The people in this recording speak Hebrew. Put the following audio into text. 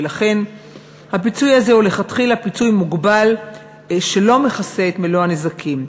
ולכן הפיצוי הזה הוא מלכתחילה פיצוי מוגבל שלא מכסה את מלוא הנזקים.